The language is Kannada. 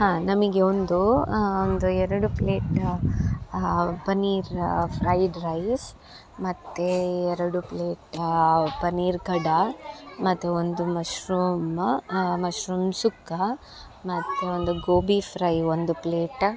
ಹಾಂ ನಮಗೆ ಒಂದು ಒಂದು ಎರಡು ಪ್ಲೇಟ್ ಪನೀರ್ ಫ್ರೈಡ್ ರೈಸ್ ಮತ್ತು ಎರಡು ಪ್ಲೇಟ್ ಪನೀರ್ ಕಡಾಯಿ ಮತ್ತು ಒಂದು ಮಶ್ರೂಮ್ ಮಶ್ರೂಮ್ ಸುಕ್ಕ ಮತ್ತೊಂದು ಗೋಬಿ ಫ್ರೈ ಒಂದು ಪ್ಲೇಟ್